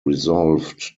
resolved